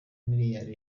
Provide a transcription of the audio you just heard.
miliyari